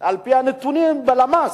על-פי הנתונים בלמ"ס.